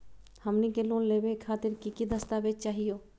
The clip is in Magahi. हमनी के लोन लेवे खातीर की की दस्तावेज चाहीयो?